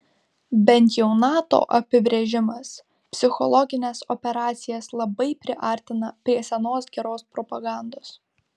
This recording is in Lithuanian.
bent jau nato apibrėžimas psichologines operacijas labai priartina prie senos geros propagandos